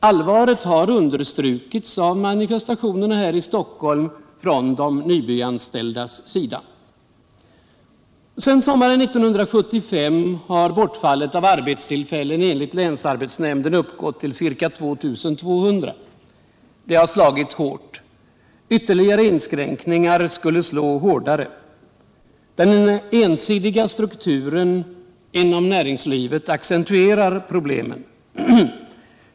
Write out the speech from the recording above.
Allvaret har understrukits genom de Nybyanställdas manifestationer här i Stockholm. Sedan sommaren 1975 har bortfallet av arbetstillfällen enligt länsarbetsnämnden uppgått till ca 2 200. Det har slagit hårt. Ytterligare inskränkningar skulle slå hårdare. Den ensidiga strukturen inom näringslivet accentuerar problemen.